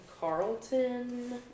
Carlton